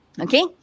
okay